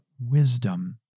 wisdom